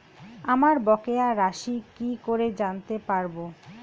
আমার বকেয়া রাশি কি করে জানতে পারবো?